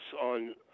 on